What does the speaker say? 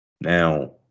now